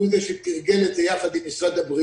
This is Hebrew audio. הוא זה שתרגל את זה יחד עם משרד הבריאות,